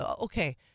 okay